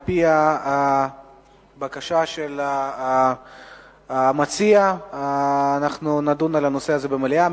על-פי הבקשה של המציע נדון על הנושא הזה במליאה.